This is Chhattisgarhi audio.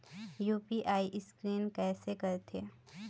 यू.पी.आई स्कैन कइसे करथे?